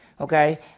okay